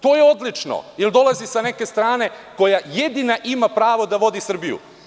To je odlično, jer dolazi sa neke strane koja jedina ima pravo da vodi Srbiju.